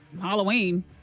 Halloween